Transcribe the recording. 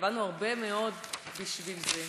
עבדנו הרבה מאוד בשביל זה.